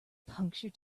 puncture